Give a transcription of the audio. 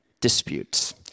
disputes